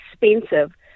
expensive